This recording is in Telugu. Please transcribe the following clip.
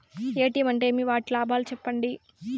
ఎ.టి.ఎం అంటే ఏమి? వాటి లాభాలు సెప్పండి?